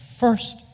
First